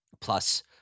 Plus